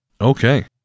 Okay